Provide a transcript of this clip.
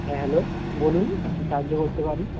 হ্যাঁ হ্যালো বলুন কী সাহায্য করতে পারি